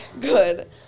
Good